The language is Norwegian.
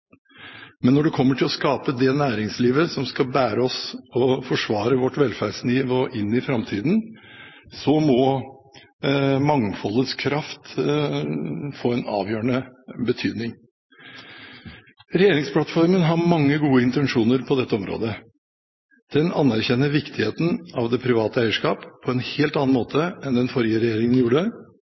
Men når det kommer til å skape det næringslivet som skal bære oss og forsvare vårt velferdsnivå inn i framtida, må mangfoldets kraft få en avgjørende betydning. Regjeringsplattformen har mange gode intensjoner på dette området. Den anerkjenner viktigheten av det private eierskap på en helt annen måte enn den forrige regjeringen gjorde.